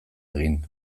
egin